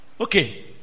okay